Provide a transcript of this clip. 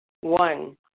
One